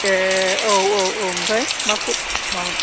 ए औ औ औ ओमफ्राय मा खबर मामोन